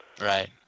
Right